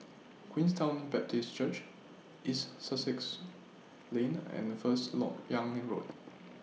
Queenstown Baptist Church East Sussex Lane and First Lok Yang Road